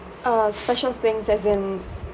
err special things as in